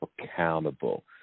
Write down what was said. accountable